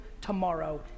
tomorrow